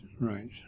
right